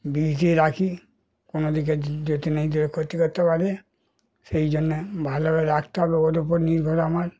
বিষ দিয়ে রাখি কোনো দিকে যাতে না ইঁদুরে ক্ষতি করতে পারে সেই জন্যে ভালোভাবে রাখতে হবে ওর উপর নির্ভর আমার